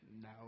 no